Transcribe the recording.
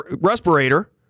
respirator